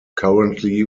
currently